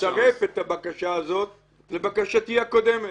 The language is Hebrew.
מצרף את הבקשה הזאת לבקשתי הקודמת.